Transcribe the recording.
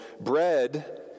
Bread